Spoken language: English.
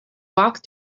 walk